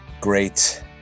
great